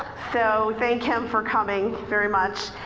so thank him for coming very much.